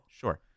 Sure